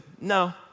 no